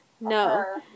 no